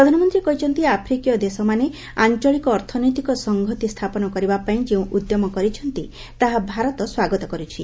ପ୍ରଧାନମନ୍ତ୍ରୀ କହିଛନ୍ତି ଆଫ୍ରିକୀୟ ଦେଶମାନେ ଆଞ୍ଚଳିକ ଅର୍ଥନୈତିକ ସଂହତି ସ୍ଥାପନ କରିବାପାଇଁ ଯେଉଁ ଉଦ୍ୟମ କରିଛନ୍ତି ତାହା ଭାରତ ସ୍ୱାଗତ କରୁଛି